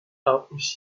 altmış